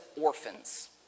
orphans